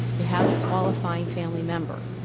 they have a qualifying family member.